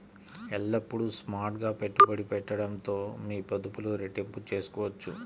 ఎల్లప్పుడూ స్మార్ట్ గా పెట్టుబడి పెట్టడంతో మీ పొదుపులు రెట్టింపు చేసుకోవచ్చు